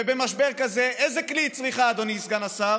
ובמשבר כזה, איזה כלי היא צריכה, אדוני סגן השר?